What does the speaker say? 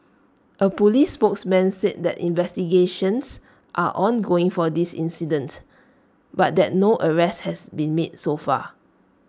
A Police spokesman said that investigations are ongoing for this incident but that no arrests has been made so far